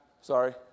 sorry